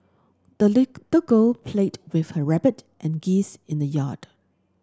the little girl played with her rabbit and geese in the yard